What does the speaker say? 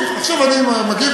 סליחה, עכשיו אני מגיב.